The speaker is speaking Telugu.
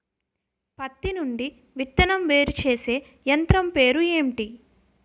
పత్తి నుండి విత్తనం వేరుచేసే యంత్రం పేరు ఏంటి